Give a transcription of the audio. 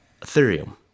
Ethereum